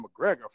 mcgregor